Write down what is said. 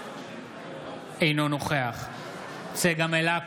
אינו נוכח צגה מלקו,